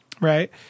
right